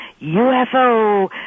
UFO